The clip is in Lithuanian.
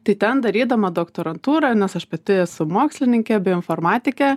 tai ten darydama doktorantūrą nes aš pati esu mokslininkė bei informatikė